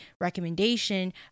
recommendation